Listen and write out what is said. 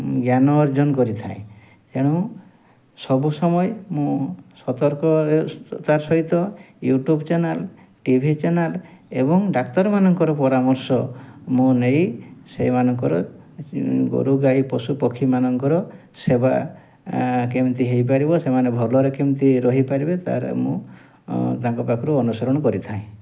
ଜ୍ଞାନ ଅର୍ଜନ କରିଥାଏ ତେଣୁ ସବୁ ସମୟ ମୁଁ ସତର୍କତା ସହିତ YouTube channel T V channel ଏବଂ ଡାକ୍ତରମାନଙ୍କର ପରାମର୍ଶ ମୁଁ ନେଇ ସେମାନଙ୍କର ଗୋରୁ ଗାଈ ପଶୁ ପକ୍ଷୀମାନଙ୍କର ସେବା କେମିତି ହେଇପାରିବ ସେମାନେ ଭଲରେ କେମିତି ରହିପାରିବେ ତା'ର ମୁଁ ତାଙ୍କ ପାଖରୁ ମୁଁ ଅନୁସରଣ କରିଥାଏ